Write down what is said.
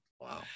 Wow